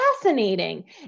fascinating